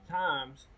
times